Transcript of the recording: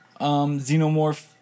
Xenomorph